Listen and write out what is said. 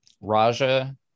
Raja